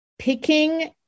Picking